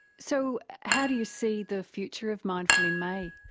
so how do you see the future of mindful in may?